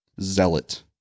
zealot